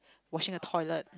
washing a toilet